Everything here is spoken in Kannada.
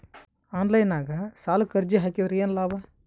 ಆನ್ಲೈನ್ ನಾಗ್ ಸಾಲಕ್ ಅರ್ಜಿ ಹಾಕದ್ರ ಏನು ಲಾಭ?